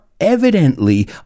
evidently